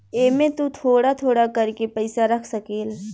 एमे तु थोड़ा थोड़ा कर के पईसा रख सकेल